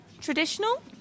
traditional